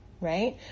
right